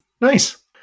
Nice